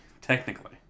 Technically